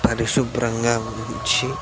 పరిశుభ్రంగా ఉంచి